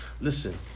Listen